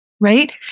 right